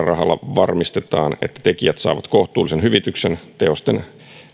varmistetaan että tekijät saavat kohtuullisen hyvityksen teosten